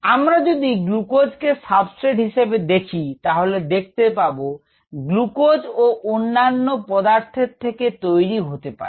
আমরা যদি গ্লুকোজ কে সাবস্ট্রেট হিসেবে দেখি তাহলে দেখতে পাব গ্লুকোজও অন্যান্য পদার্থের থেকে তৈরি হতে পারে